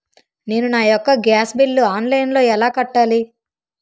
నేను నా యెక్క గ్యాస్ బిల్లు ఆన్లైన్లో ఎలా కట్టాలి?